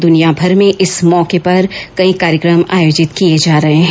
दुनियाभर में इस मौके पर कई कार्यक्रम आयोजित किए जा रहे है